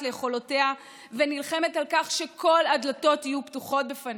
ליכולותיה ונלחמת על כך שכל הדלתות יהיו פתוחות בפניה,